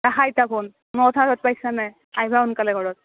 ৰাখা ইতা ফোন মই নাই আইভা সোনকালে ঘৰত